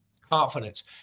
confidence